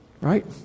Right